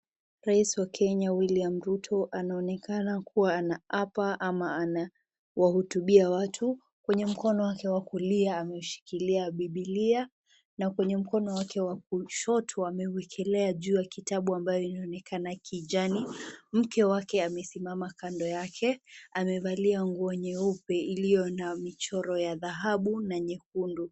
Rais wa kenya William Ruto anaonekana kua anaapa ama anawahotubia watu, kwenye mkono wake wa kulia ameshikilia bibilia na kwenye mkono wake wa kushoto amewekelea juu ya kitabu ambayo inaonekana kijani, mke wake amesimama kando yake amevalia nguo nyeupe ilioyo na michoro ya dhahabu na nyekundu.